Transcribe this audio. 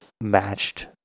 matched